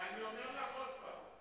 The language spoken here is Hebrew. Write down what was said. ואני אומר לך עוד פעם: